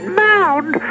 mound